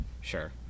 sure